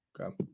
Okay